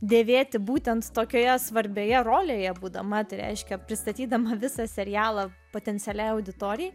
dėvėti būtent tokioje svarbioje rolėje būdama reiškia pristatydama visą serialą potencialiai auditorijai